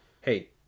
hey